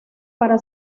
para